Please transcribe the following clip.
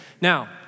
Now